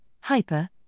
hyper